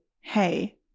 hey